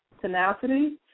tenacity